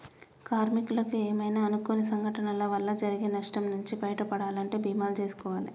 కార్మికులకు ఏమైనా అనుకోని సంఘటనల వల్ల జరిగే నష్టం నుంచి బయటపడాలంటే బీమాలు జేసుకోవాలే